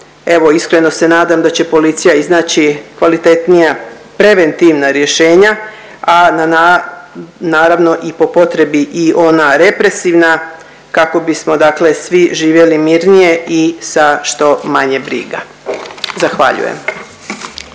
evo iskreno se nadam da će policija iznaći kvalitetnija preventivna rješenja, a naravno i po potrebi i ona represivna kako bismo dakle svi živjeli mirnije i sa što manje briga, zahvaljujem.